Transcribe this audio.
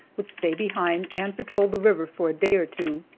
would stay behind and patrol the river for a day or two.